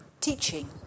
teaching